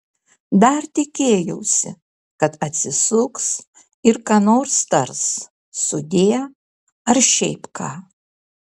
dar tikėjausi kad atsisuks ir ką nors tars sudie ar šiaip ką